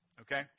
okay